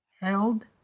held